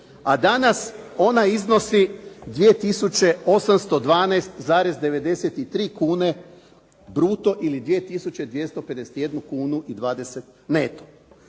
a danas ona iznosi 2 tisuće 812,93 kune bruto ili 2 tisuće 251 kunu i 20 neto.